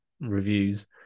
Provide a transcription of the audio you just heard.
reviews